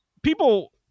People